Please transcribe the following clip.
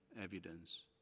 evidence